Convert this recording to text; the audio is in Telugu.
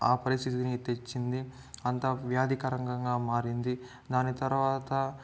ఆ పరిస్థితిని తెచ్చింది అంత వ్యాధికరంగా మారింది దాని తర్వాత